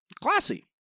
Classy